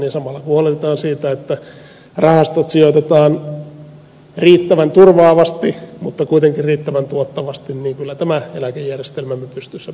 kun samalla huolehditaan siitä että rahastot sijoitetaan riittävän turvaavasti mutta kuitenkin riittävän tuottavasti niin kyllä tämä eläkejärjestelmämme pystyssä pysyy